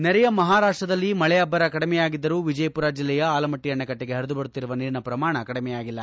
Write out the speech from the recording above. ನೆರೆಯ ಮಹಾರಾಷ್ಟದಲ್ಲಿ ಮಳೆ ಅಬ್ಬರ ಕಡಿಮೆಯಾಗಿದ್ದರೂ ವಿಜಯಪುರ ಜಿಲ್ಲೆಯ ಆಲಮಟ್ಟ ಆಣೆಕಟ್ಟಿಗೆ ಪರಿದುಬರುತ್ತಿರುವ ನೀರಿನ ಪ್ರಮಾಣ ಕಡಿಮೆಯಾಗಿಲ್ಲ